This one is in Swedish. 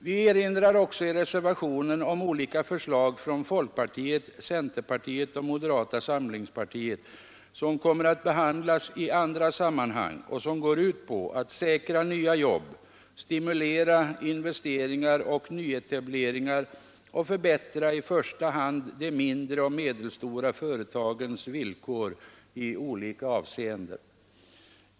Vi erinrar i reservationen också om olika förslag från folkpartiet, centerpartiet och moderata samlingspartiet, vilka kommer att behandlas i andra sammanhang och som går ut på att säkra nya jobb, stimulera investeringar och nyetableringar och förbättra i första hand de mindre och medelstora företagens villkor i olika avseenden.